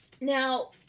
now